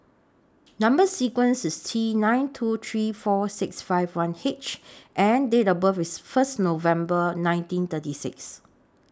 Number sequence IS T nine two three four six five one H and Date of birth IS First November nineteen thirty six